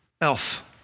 Elf